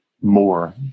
more